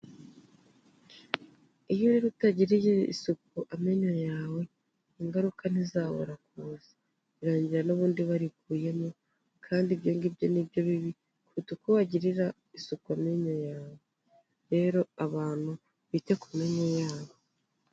Iyo rero utagirariye isuku amenyo yawe, ingaruka ntizabura kuza; birangira n'ubundi barikuyemo kandi ibyo ngibyo ni byo bibi kuruta uko wagirira isuku amemyo yawe. Rero abantu bite ku menyo yabo.